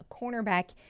cornerback